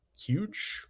huge